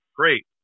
great